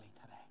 today